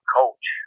coach